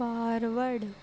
forward